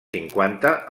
cinquanta